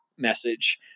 message